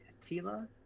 tila